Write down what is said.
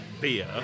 beer